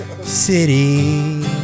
City